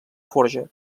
forja